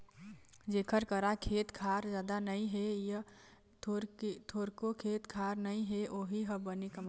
जेखर करा खेत खार जादा नइ हे य थोरको खेत खार नइ हे वोही ह बनी कमाथे